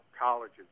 colleges